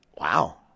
Wow